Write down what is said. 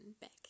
back